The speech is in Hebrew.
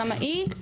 למה היא,